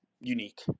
unique